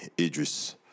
Idris